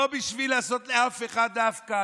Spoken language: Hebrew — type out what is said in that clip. לא בשביל לעשות לאף אחד דווקא,